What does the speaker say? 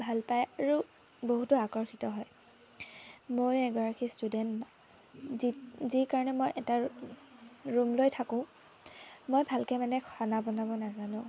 ভাল পাই আৰু বহুতো আকৰ্ষিত হয় মই এগৰাকী ষ্টুডেণ্ট যি যি কাৰণে মই এটা ৰূম লৈ থাকোঁ মই ভালকৈ মানে খানা বনাব নাজানো